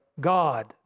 God